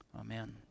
Amen